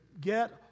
get